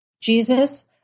Jesus